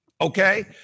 Okay